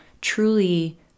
truly